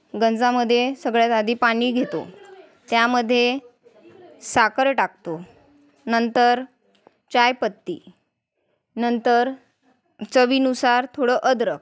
गंजामध्ये सगळ्यात आधी पाणी घेतो त्यामध्ये साखर टाकतो नंतर चायपत्ती नंतर चवीनुसार थोडं अद्रक